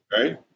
Right